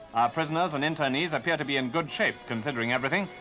prisoners and internees appear to be in good shape, considering everything.